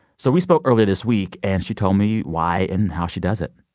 so we spoke earlier this week and she told me why and how she does it